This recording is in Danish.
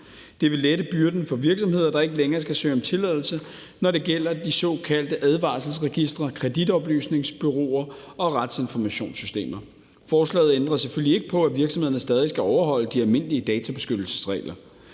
Det vil lette byrden for virksomheder, der ikke længere skal søge om tilladelse, når det gælder de såkaldte advarselsregistre, kreditoplysningsbureauer og retsinformationssystemer. Forslaget ændrer selvfølgelig ikke på, at virksomhederne stadig skal overholde de almindelige databeskyttelsesregler.